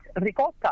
ricotta